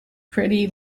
pretty